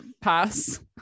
Pass